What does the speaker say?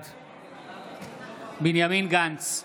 בעד בנימין גנץ,